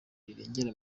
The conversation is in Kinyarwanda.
rirengera